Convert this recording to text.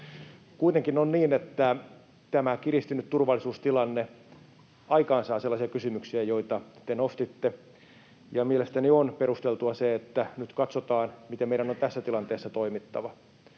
Kuitenkin on niin, että tämä kiristynyt turvallisuustilanne aikaansaa sellaisia kysymyksiä, joita te nostitte, ja mielestäni on perusteltua, että nyt katsotaan, miten meidän on tässä tilanteessa toimittava.